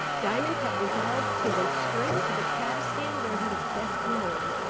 diamond had resolved to go straight to the cab-stand where he was best known,